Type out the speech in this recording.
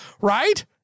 Right